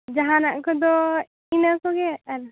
ᱡᱟᱦᱟᱱᱟᱜ ᱠᱚᱫᱚ ᱤᱱᱟᱹ ᱠᱚᱜᱮ ᱟᱨ